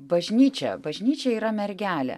bažnyčia bažnyčia yra mergelė